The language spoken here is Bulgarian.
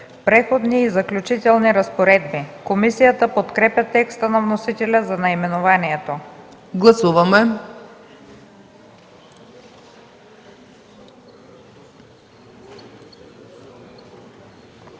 „Преходни и заключителни разпоредби.” Комисията подкрепя текста на вносителя за наименованието на